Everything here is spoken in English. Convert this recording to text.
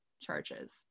Charges